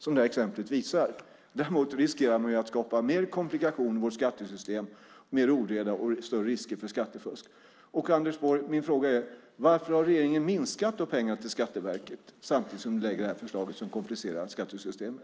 Man riskerar däremot att skapa fler komplikationer i skattesystemet och mer oreda och större risker för skattefusk. Min fråga är: Varför har regeringen minskat på pengarna till Skatteverket samtidigt som man lägger fram det här förslaget som komplicerar skattesystemet?